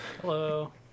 hello